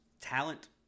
talent